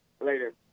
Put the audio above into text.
Later